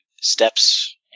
steps